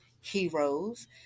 heroes